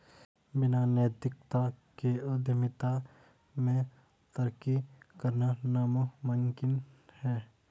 बिना नैतिकता के उद्यमिता में तरक्की करना नामुमकिन है